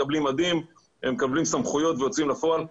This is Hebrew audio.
מקבלים מדים ומקבלים סמכויות ומוציאים לפועל.